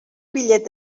pillet